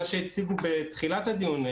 מה שהציג נחום בלס ממכון טאוב בתחילת הדיון,